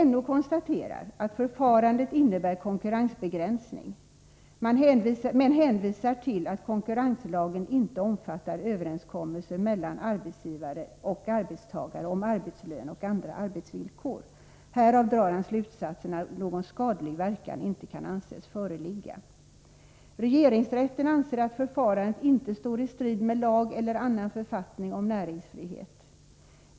NO konstaterar att förfarandet innebär konkurrensbegränsning, men hänvisar till att konkurrenslagen inte omfattar överenskommelser mellan arbetsgivare och arbetstagare om arbetslön och andra arbetsvillkor. Härav drar NO slutsatsen att någon skadlig verkan inte kan anses föreligga. Regeringsrätten anser att förfarandet inte står i strid med lag eller annan författning om näringsfrihet.